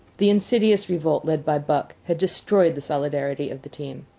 the insidious revolt led by buck had destroyed the solidarity of the team.